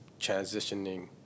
transitioning